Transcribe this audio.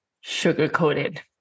sugar-coated